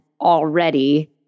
already